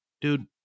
dude